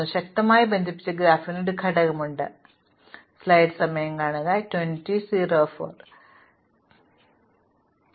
ശക്തമായി ബന്ധിപ്പിച്ച ഗ്രാഫിന് ഒരു ഘടകമുണ്ട് ആ ഘടകത്തിലെ ഓരോ ജോഡി നോഡുകളും ഘടകത്തിലെ എല്ലാ നോഡുകളിൽ നിന്നും ശക്തമായി ബന്ധിപ്പിച്ചിരിക്കുന്നു നിങ്ങൾക്ക് ഘടകത്തിലെ മറ്റെല്ലാ നോഡുകളിലേക്കും പോയി തിരികെ വരാം